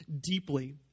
deeply